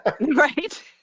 Right